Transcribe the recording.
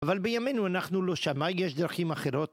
אבל בימינו אנחנו לא שמה, יש דרכים אחרות.